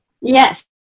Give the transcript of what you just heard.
yes